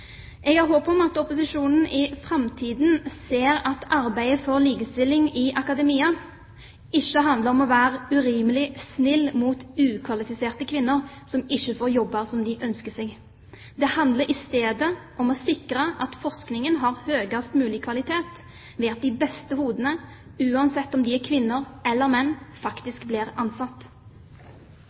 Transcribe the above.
Jeg har et håp om at opposisjonen i framtiden ser at arbeidet for likestilling i akademia ikke handler om å være urimelig snill mot ukvalifiserte kvinner som ikke får de jobbene de ønsker seg. Det handler i stedet om å sikre at forskningen har høyest mulig kvalitet ved at de beste hodene – uansett om det er kvinner eller menn – faktisk blir ansatt.